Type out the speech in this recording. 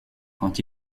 quand